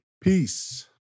Peace